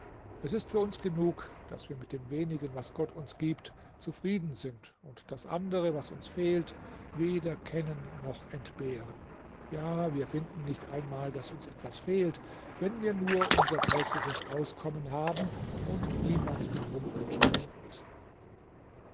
es ist für uns genug daß wir mit dem wenigen was gott uns gibt zufrieden sind und das andere was uns fehlt weder kennen noch entbehren ja wir finden nicht einmal daß uns etwas fehlt wenn wir nur unser tägliches auskommen haben und niemand darum ansprechen müssen